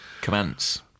commence